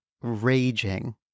raging